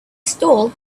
stall